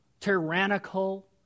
tyrannical